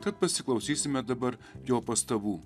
tad pasiklausysime dabar jo pastabų